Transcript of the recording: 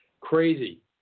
crazy